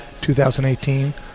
2018